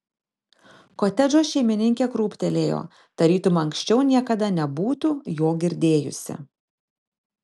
kotedžo šeimininkė krūptelėjo tarytum anksčiau niekada nebūtų jo girdėjusi